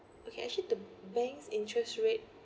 okay actually the bank's interest rate